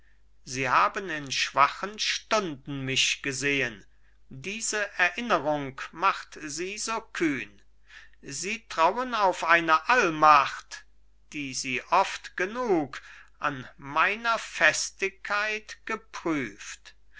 sie haben in schwachen stunden mich gesehen diese erinnerung macht sie so kühn sie trauen auf eine allmacht die sie oft genug an meiner festigkeit geprüft